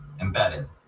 embedded